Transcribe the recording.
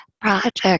project